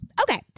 Okay